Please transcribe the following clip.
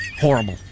horrible